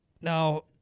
Now